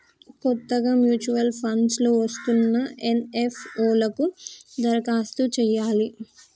కొత్తగా mutual funds లో వస్తున్న ఎన్.ఎఫ్.ఓ లకు దరఖాస్తు చేయాలి